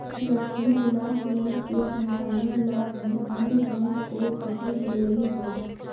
Lakshmi Vilas bank के संचालन ला भी अन्य बैंक को कहल गेलइ हल